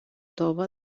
tova